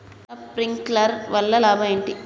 Sprinkler వల్ల లాభం ఏంటి?